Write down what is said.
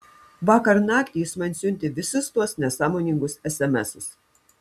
vakar naktį jis man siuntė visus tuos nesąmoningus esemesus